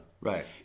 Right